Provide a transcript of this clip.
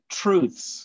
truths